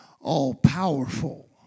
all-powerful